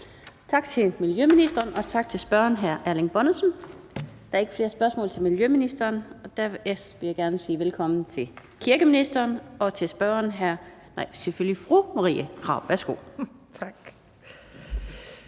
Tak til miljøministeren, og tak til spørgeren, hr. Erling Bonnesen. Der er ikke flere spørgsmål til miljøministeren, og derfor vil jeg gerne sige velkommen til kirkeministeren og til spørgeren, fru Marie Krarup. Værsgo. Kl.